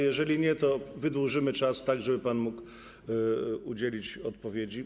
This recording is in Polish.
Jeżeli nie, to wydłużymy czas, tak żeby mógł pan udzielić odpowiedzi.